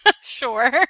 Sure